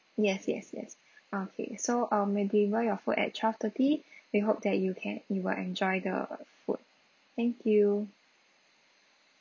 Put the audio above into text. yes yes yes okay so um we'll deliver your food at twelve thirty we hope that you can you will enjoy the food thank you